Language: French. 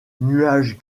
nuage